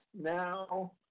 Now